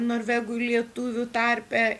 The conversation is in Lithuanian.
norvegų lietuvių tarpe